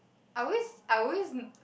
I always I always